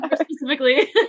Specifically